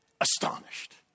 astonished